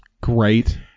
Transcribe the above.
great